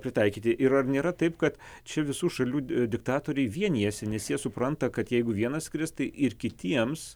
pritaikyti ir ar nėra taip kad čia visų šalių diktatoriai vienijasi nes jie supranta kad jeigu vienas skris ir kitiems